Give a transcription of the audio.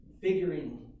figuring